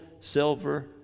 silver